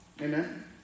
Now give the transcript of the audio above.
Amen